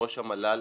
מראש המל"ל